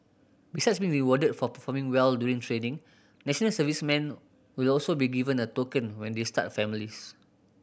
besides being rewarded for performing well during training national servicemen will also be given a token when they start families